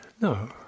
No